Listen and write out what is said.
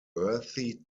earthy